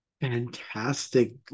Fantastic